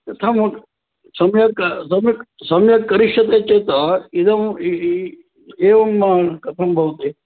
कथं सम्यक् सम्यक् सम्यक् करिष्यति चेत् इदम् एवं कथं भवति